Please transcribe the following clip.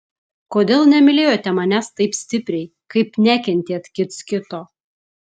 kodėl nemylėjote manęs taip stipriai kaip nekentėt kits kito